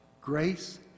grace